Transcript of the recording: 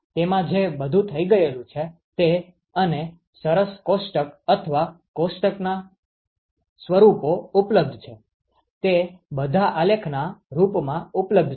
તેમાં જે બધું થઇ ગયેલું છે તે અને સરસ કોષ્ટક અથવા કોષ્ટકના સ્વરૂપો ઉપલબ્ધ છે તે બધા આલેખના રૂપમાં ઉપલબ્ધ છે